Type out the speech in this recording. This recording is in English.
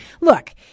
Look